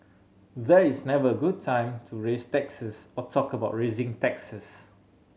there is never a good time to raise taxes or talk about raising taxes